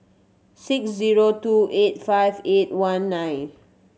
six zero two eight five eight one nine